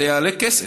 זה יעלה כסף,